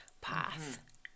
path